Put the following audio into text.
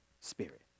spirit